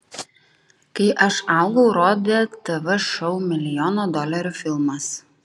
kai aš augau rodė tv šou milijono dolerių filmas